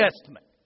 Testament